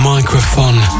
Microphone